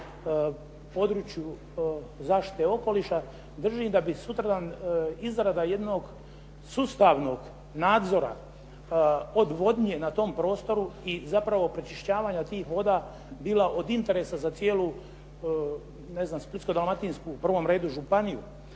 području zaštite okoliša držim da bi sutradan izrada jednog sustavnog nadzora odvodnje na tom prostoru i zapravo pročišćavanja tih voda bila od interesa za cijelu Splitsko-dalmatinsku u prvom redu županiju,